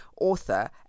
author